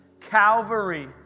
Calvary